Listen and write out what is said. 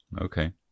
Okay